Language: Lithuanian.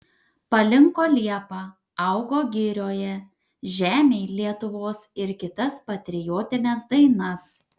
palinko liepa augo girioje žemėj lietuvos ir kitas patriotines dainas